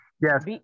Yes